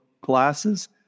glasses